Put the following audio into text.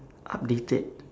updated